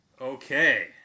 Okay